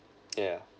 yeah